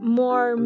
more